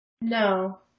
no